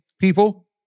people